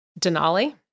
Denali